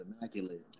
immaculate